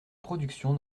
production